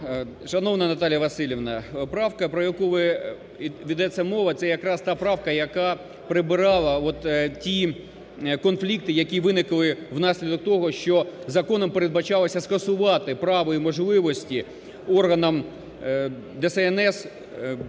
Шановна Наталія Василівна, правка про яку ведеться мова - це якраз та правка, яка прибирала от ті конфлікти, які виникли внаслідок того, що законом передбачалося скасувати право і можливості органам ДСНС робити